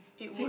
it would